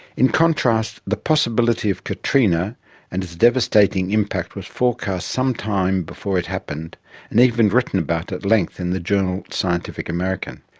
in contrast, the possibility of katrina and its devastating impact was forecast some time before it happened and even written about at length in the journal scientific american.